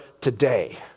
today